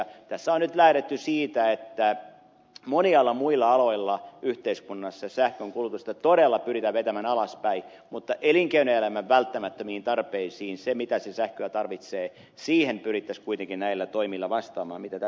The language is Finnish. tässä on nyt lähdetty siitä että monilla muilla aloilla yhteiskunnassa sähkönkulutusta todella pyritään vetämään alaspäin mutta elinkeinoelämän välttämättömiin tarpeisiin siihen minkä verran se sähköä tarvitsee pyrittäisiin kuitenkin näillä toimilla vastaamaan mitä tässä on kerrottu